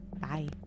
bye